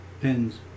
pins